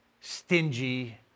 stingy